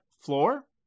floor